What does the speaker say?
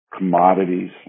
Commodities